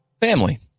family